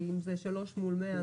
כי אם זה שלוש מוניות מול מאה,